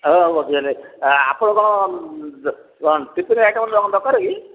ହଉ ବୁଝିଗଲି ଆପଣ କ'ଣ ଦରକକାର କି